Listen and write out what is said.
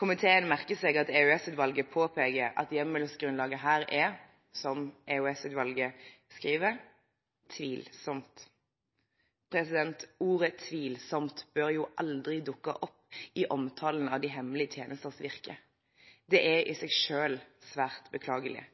Komiteen merker seg at EOS-utvalget påpeker at hjemmelsgrunnlaget her er – som EOS-utvalget skriver – «tvilsomt». Ordet «tvilsomt» bør jo aldri dukke opp i omtalen av de hemmelige tjenestenes virke. Det er i seg selv svært beklagelig.